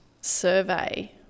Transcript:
survey